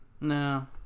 No